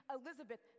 Elizabeth